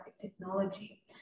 technology